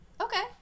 Okay